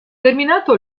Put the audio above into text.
terminato